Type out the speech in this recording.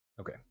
Okay